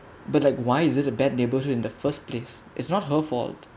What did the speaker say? but like why is it a bad neighborhood in the first place it's not her fault